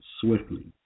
swiftly